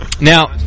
Now